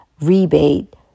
rebate